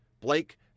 Blake